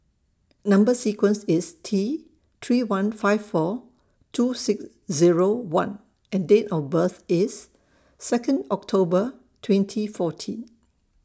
Number sequence IS T three one five four two six Zero one and Date of birth IS Second October twenty fourteen